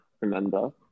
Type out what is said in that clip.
remember